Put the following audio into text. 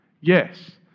Yes